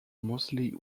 mostly